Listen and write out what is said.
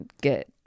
get